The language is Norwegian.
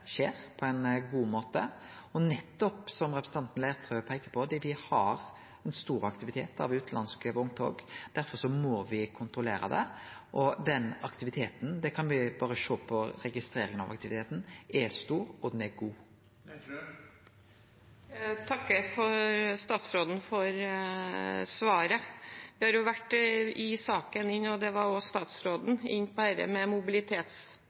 skjer på ein god måte. Som representanten Leirtrø nettopp peiker på, har me ein stor aktivitet med utanlandske vogntog. Derfor må me kontrollere det. Den aktiviteten – det kan me sjå berre på registrering av aktiviteten – er stor, og den er god. Jeg takker statsråden for svaret. Vi har i saken vært inne på – det var også statsråden – mobilitetspakken. Det er utrolig viktig med